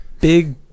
Big